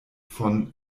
von